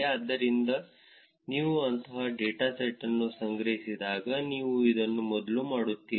ಆದ್ದರಿಂದ ನೀವು ಅಂತಹ ಡೇಟಾವನ್ನು ಸಂಗ್ರಹಿಸಿದಾಗ ನೀವು ಇದನ್ನು ಮೊದಲು ಮಾಡುತ್ತೀರಿ